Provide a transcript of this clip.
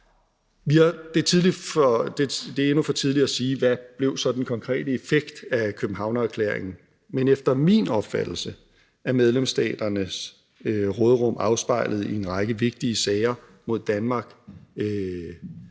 Det er endnu for tidligt at sige, hvad den konkrete effekt så blev af Københavnererklæringen, men efter min opfattelse er medlemsstaternes råderum afspejlet i en række vigtige sager mod Danmark,